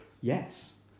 Yes